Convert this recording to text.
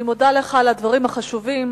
אני מודה לך על הדברים החשובים.